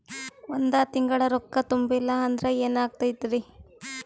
ಒಂದ ತಿಂಗಳ ರೊಕ್ಕ ತುಂಬಿಲ್ಲ ಅಂದ್ರ ಎನಾಗತೈತ್ರಿ?